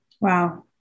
Wow